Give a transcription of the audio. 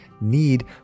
need